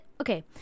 okay